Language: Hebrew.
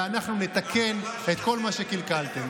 ואנחנו נתקן את כל מה שקלקלתם.